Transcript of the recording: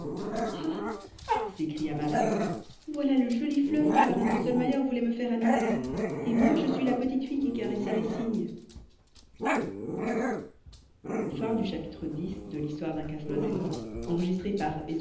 ah s'écria marie voilà le joli fleuve que parrain drosselmayer voulait me faire à noël et moi je suis la petite fille qui caressait les cygnes